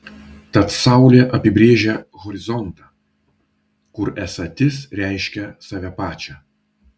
tad saulė apibrėžia horizontą kur esatis reiškia save pačią